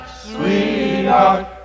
sweetheart